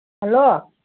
hello